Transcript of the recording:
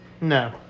No